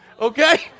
okay